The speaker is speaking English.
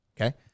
Okay